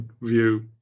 view